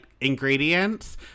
ingredients